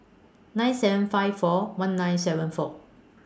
nine seven five four one nine seven four